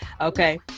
Okay